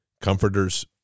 comforters